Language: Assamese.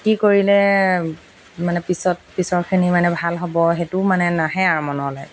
কি কৰিলে মানে পিছত পিছৰখিনি মানে ভাল হ'ব সেইটো মানে নাহে আৰু মনলৈ